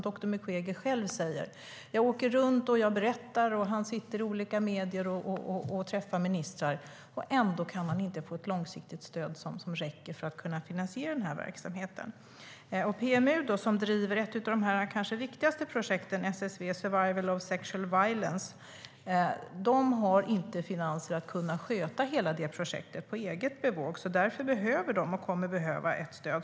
Doktor Mukwege säger själv att han åker runt och berättar, och han sitter i olika medier och träffar ministrar, men ändå kan han inte få ett långsiktigt stöd som räcker för att finansiera verksamheten. PMU, som driver ett av de viktigaste projekten, SSV, survivors of sexual violence, har inte finanser att sköta hela det projektet på egen hand. Därför kommer de att behöva stöd.